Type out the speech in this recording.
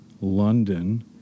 London